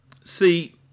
See